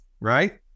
right